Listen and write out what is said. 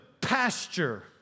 pasture